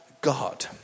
God